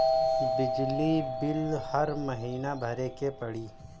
बिजली बिल हर महीना भरे के पड़ी?